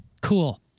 Cool